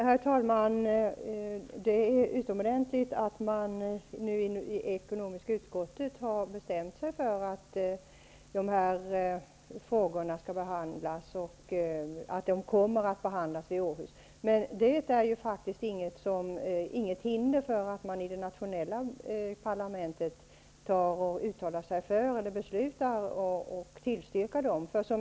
Herr talman! Det är utomordentligt att man i ekonomiska utskottet har bestämt sig för att frågorna skall behandlas i Åhus. Men det utgör inget hinder för oss i det nationella parlamentet att tillstyrka dem.